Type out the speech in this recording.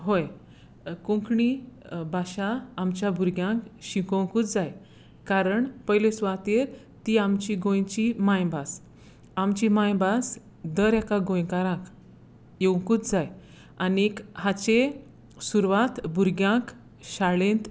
होय कोंकणी भाशा आमच्या भुरग्यांक शिकोवंकूच जाय कारण पयले सुवातेर ती आमची गोंयची मायभास आमची मायभास दर एका गोंयकाराक येवकूंच जाय आनीक हाचे सुरवात भुरग्यांक शाळेंत